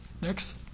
Next